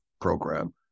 program